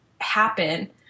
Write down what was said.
happen